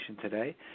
today